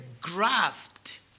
grasped